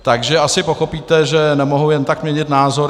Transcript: Takže asi pochopíte, že nemohu jen tak měnit názory.